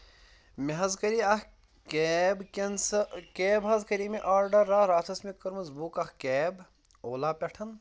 مےٚ حظ کَرے اَکھ کیب کینس کیب حظ کَرے مےٚ آرڈَر راتھ اَتھ ٲسۍ مےٚ کٔرمٕژ بُک اَکھ کیب اولا پٮ۪ٹھ